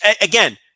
again